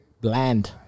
bland